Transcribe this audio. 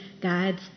God's